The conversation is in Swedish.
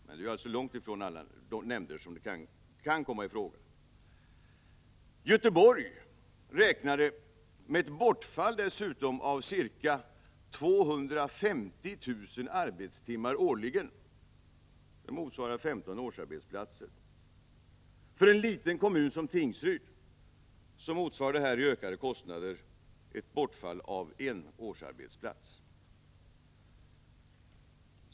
— men där gäller det långt ifrån alla de nämnder som kan komma i fråga. I Göteborg räknade man dessutom med ett bortfall av ca 250 000 arbetstimmar årligen. Det motsvarar 15 årsarbetsplatser. För en liten kommun som Tingsryds kommun motsvarar det här i ökade kostnader ett bortfall av en årsarbetsplats.